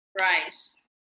Rice